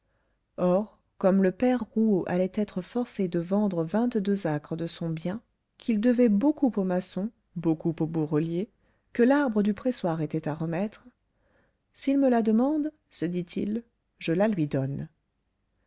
or comme le père rouault allait être forcé de vendre vingt-deux acres de son bien qu'il devait beaucoup au maçon beaucoup au bourrelier que l'arbre du pressoir était à remettre s'il me la demande se dit-il je la lui donne